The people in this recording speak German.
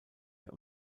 der